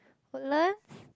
Woodlands